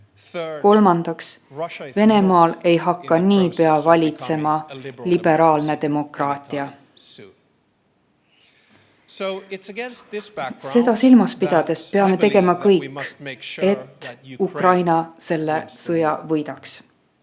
Kolmandaks, Venemaal ei hakka niipea valitsema liberaalne demokraatia. Seda silmas pidades peame tegema kõik, et Ukraina selle sõja võidaks.